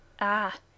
Ah